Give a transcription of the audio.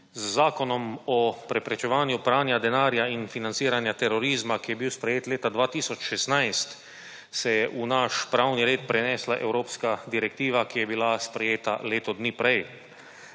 Z Zakonom o preprečevanju pranja denarja in financiranja terorizma, ki je bil sprejet leta 2016, se je v naš pravni red prenesla evropska direktiva, ki je bila sprejeta leto dni prej.